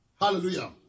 Hallelujah